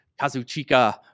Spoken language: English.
Kazuchika